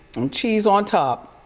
and cheese on top.